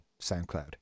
soundcloud